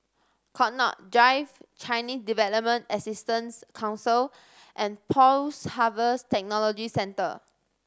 Connaught Drive Chinese Development Assistance Council and Post Harvest Technology Centre